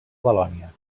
valònia